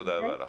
תודה רבה לך.